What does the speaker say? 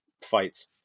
fights